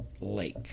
Lake